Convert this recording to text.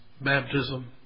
Baptism